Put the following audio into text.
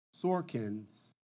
Sorkin's